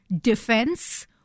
defense